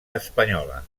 espanyola